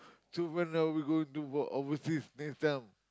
so right now we go to work overseas next time